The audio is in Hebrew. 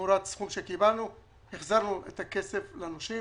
ותמורת סכום שקיבלנו החזרנו את הכסף לנושים.